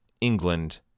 England